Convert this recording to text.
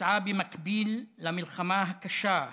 שבוצעה במקביל למלחמה הקשה ההיא,